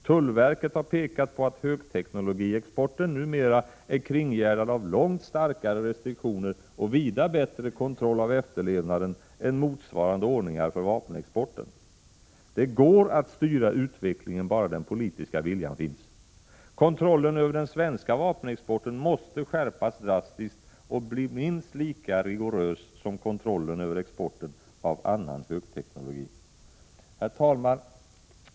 Tullverket har pekat på att högteknologiexporten numera är kringgärdad av långt starkare restriktioner och vida bättre kontroll av efterlevnaden än motsvarande ordningar för vapenexporten. Det går att styra utvecklingen bara den politiska viljan finns. Kontrollen över den svenska vapenexporten måste skärpas drastiskt och bli minst lika rigorös som kontrollen över exporten av annan högteknologi. Herr talman!